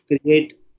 create